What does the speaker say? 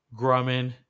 Grumman